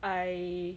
I